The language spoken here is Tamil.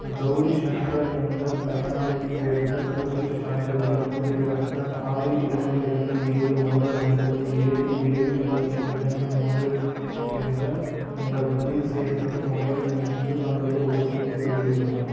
கௌரி ஷங்கர் என்ற பயனாளிப் பெயருக்கு தடுப்பூசிச் சான்றிதழைப் பதிவிறக்க ஆறு இரண்டு இரண்டு ஏழு ஒன்று ஒன்பது ஏழு ஏழு பூஜ்ஜியம் இரண்டு மூன்று என்ற உங்கள் பதிவு செய்யப்பட்ட மொபைல் எண்ணுக்கு வந்துள்ள ஓடிபியை உள்ளிடவும்